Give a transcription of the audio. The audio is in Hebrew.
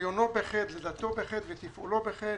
הריונו בחטא, לידתו בחטא, ותפעולו בחטא.